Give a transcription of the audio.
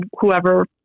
whoever